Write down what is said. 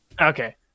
Okay